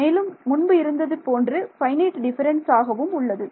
மேலும் முன்பு இருந்தது போன்று ஃபைனைட் டிஃபரன்ஸ் ஆகவும் உள்ளது